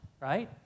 right